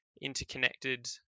interconnected